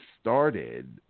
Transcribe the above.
started